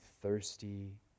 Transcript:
thirsty